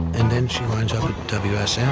and then she winds up wsm.